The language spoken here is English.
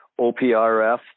OPRF